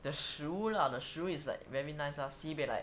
the 食物 lah the 食物 is like very nice lah sibeh like